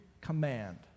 command